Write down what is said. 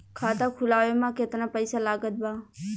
खाता खुलावे म केतना पईसा लागत बा?